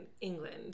England